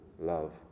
love